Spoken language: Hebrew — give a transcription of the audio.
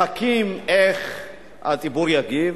מחכים איך הציבור יגיב,